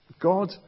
God